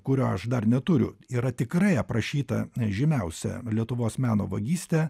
kurio aš dar neturiu yra tikrai aprašyta žymiausia lietuvos meno vagystė